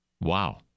Wow